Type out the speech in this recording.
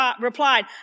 replied